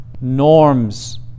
norms